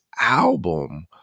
album